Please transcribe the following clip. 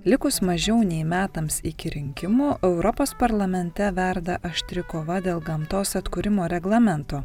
likus mažiau nei metams iki rinkimų europos parlamente verda aštri kova dėl gamtos atkūrimo reglamento